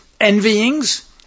envyings